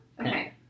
Okay